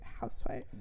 housewife